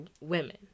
women